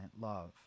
love